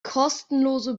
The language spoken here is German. kostenlose